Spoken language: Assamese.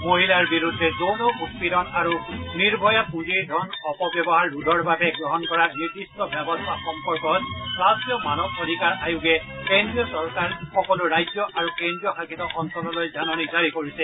মহিলাৰ বিৰুদ্ধে যৌন উৎপীড়ন আৰু নিৰ্ভয়া পুঁজিৰ ধনৰ অপব্যৱহাৰ ৰোধৰ বাবে গ্ৰহণ কৰা নিৰ্দিষ্ট ব্যৱস্থা সম্পৰ্কত ৰট্টীয় মানৱ অধিকাৰ আয়োগে কেন্দ্ৰীয় চৰকাৰ সকলো ৰাজ্য আৰু কেন্দ্ৰীয় শাসিত অঞ্চললৈ জাননী জাৰি কৰিছে